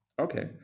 Okay